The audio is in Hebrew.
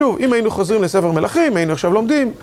שוב, אם היינו חוזרים לספר מלכים, היינו עכשיו לומדים.